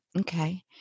Okay